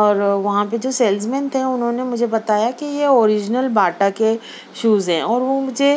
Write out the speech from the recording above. اور وہاں پہ جو سیلس مین تھے انہوں نے مجھے بتایا کہ یہ اوریجنل باٹا کے شوز ہیں اور وہ مجھے